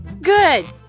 Good